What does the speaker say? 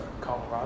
Colorado